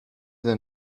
the